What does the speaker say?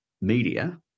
media